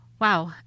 Wow